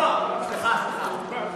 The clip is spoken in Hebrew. לא, סליחה, סליחה.